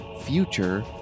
Future